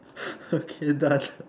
okay done